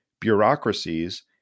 bureaucracies